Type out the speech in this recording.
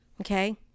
okay